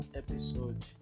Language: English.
episode